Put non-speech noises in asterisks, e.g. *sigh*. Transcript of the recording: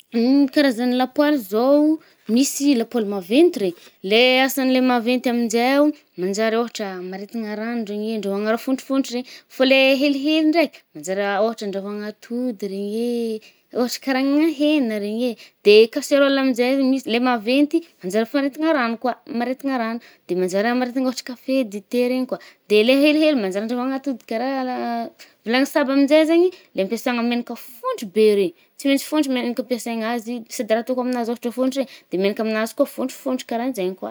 *noise* Ny karazan’ny lapoaly zao, misy lapoaly maventy re, le asan’le maventy aminjeo, manjary ôhatra amaritigna rano ndregny e, andraôgna raha fôntrofontro re. Foà le helihely ndrey, manjary *hesitation* ôhatra andraoàgna atody regny e, *hesitation* ôhatra karahanignà hegna regny e, de casserole aminjey ,misy le maventy i manjary afaridigna rano, amaridigna rano, de manjary amaritigna ôhatra café, dité regny koà. De le helihely manjary andraoàgna atody karaha la. *hesitation* Vilany saba aminje zaigny i, le ampiasagna amy menaka fontry be re, tsy mentsy fontry menaka ampesegna azy. Sady raha atô ko amianzy ôhatra fontry e, de menaka aminazy koà fontrifontry karahanjegny koà.